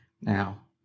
Now